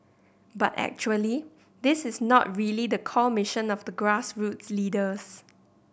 but actually this is not really the core mission of the grassroots leaders